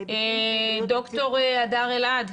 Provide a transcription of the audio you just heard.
ד"ר הדר אלעד,